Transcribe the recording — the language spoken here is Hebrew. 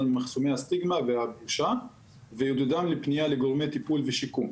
מחסומי הסטיגמה והבושה ועידודם לפנייה לגורמי טיפול ושיקום.